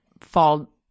fall